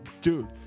Dude